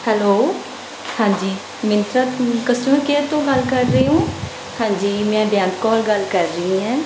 hello ਹਾਂਜੀ Myntra customer care ਤੋਂ ਗੱਲ ਕਰ ਰਹੇ ਹੋ ਹਾਂਜੀ ਮੈਂ ਬੇਅੰਤ ਕੌਰ ਗੱਲ ਕਰ ਰਹੀ ਹੈ